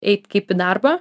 eit kaip į darbą